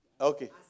Okay